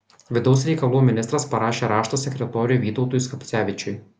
vidaus reikalų ministras parašė raštą sekretoriui vytautui skapcevičiui